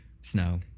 snow